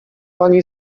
pani